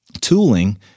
tooling